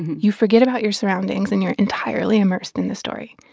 you forget about your surroundings, and you're entirely immersed in the story.